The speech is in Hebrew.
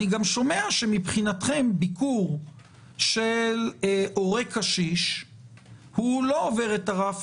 אני גם שומע שמבחינתכם ביקור של הורה קשיש לא עובר את הרף